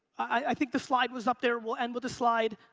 i think the slide was up there, we'll end the the slide.